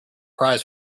prize